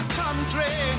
country